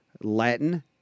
Latin